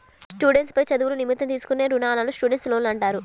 students పై చదువుల నిమిత్తం తీసుకునే రుణాలను స్టూడెంట్స్ లోన్లు అంటారు